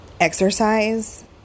Exercise